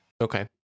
Okay